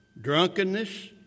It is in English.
drunkenness